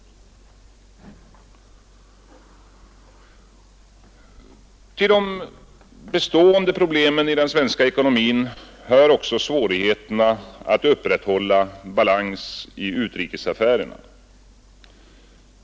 Till de bestående problemen i den svenska ekonomin hör också svårigheterna att upprätthålla balans i utrikesaffärerna.